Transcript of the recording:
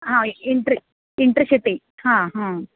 ಹಾಂ inter intercity ಹಾಂ ಹಾಂ